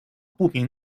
不明